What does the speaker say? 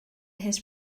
his